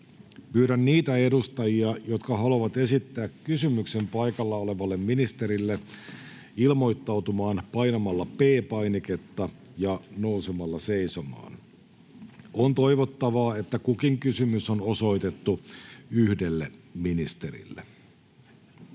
Pyydän niitä edustajia, jotka haluavat esittää kysymyksen paikalla olevalle ministerille, ilmoittautumaan painamalla P-painiketta ja nousemalla seisomaan. On toivottavaa, että kukin kysymys on osoitettu yhdelle ministerille.